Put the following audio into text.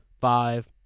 five